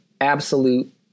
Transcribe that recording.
absolute